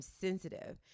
sensitive